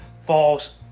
false